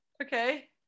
Okay